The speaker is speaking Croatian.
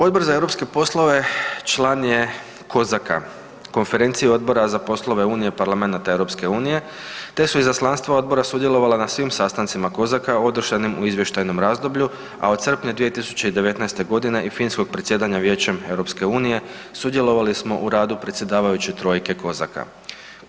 Odbor za europske poslove član je COSAC-a, Konferencija odbora za poslove Unije parlamenata EU-a te su izaslanstva odbora sudjelovala na svim sastancima COSAC-a održanim u izvještajnom razdoblju a od srpnja 2019. g. i finskog predsjedanja Vijećem EU-a, sudjelovali smo u radu predsjedavajuće trojke COSAC-a.